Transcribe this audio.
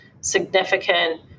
significant